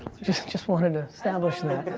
just just wanted to establish that.